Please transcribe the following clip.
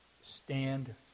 Stand